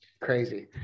crazy